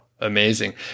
Amazing